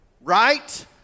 Right